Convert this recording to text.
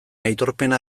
aitorpena